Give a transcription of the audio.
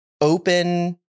open